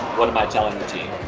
what am i telling the team?